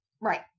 Right